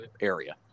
area